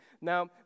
Now